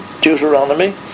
Deuteronomy